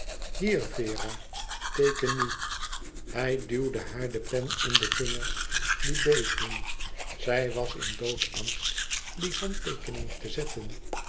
vera teeken nu hij duwde haar de pen in de vingers die beefden zij was in doodsangst die handteekening te zetten